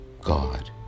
God